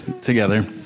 together